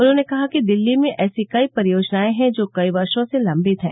उन्होंने कहा कि दिल्ली में ऐसी कई परियोजनाए हैं जो कई वर्षो से लम्बित हैं